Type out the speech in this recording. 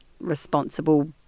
responsible